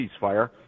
ceasefire